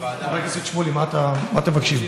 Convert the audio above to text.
חבר הכנסת שמולי, מה אתם מבקשים?